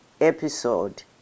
episode